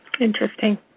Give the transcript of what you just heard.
Interesting